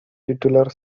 titular